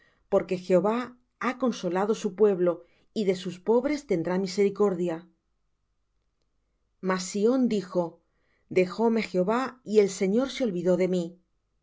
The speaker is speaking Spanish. porque jehová ha consolado su pueblo y de sus pobres tendrá misericordia mas sión dijo dejóme jehová y el señor se olvidó de mí